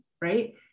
right